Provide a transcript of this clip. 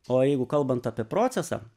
o jeigu kalbant apie procesą